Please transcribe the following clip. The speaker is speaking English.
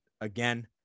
again